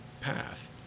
path